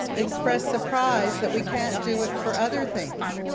express surprise that we can't do it for other things.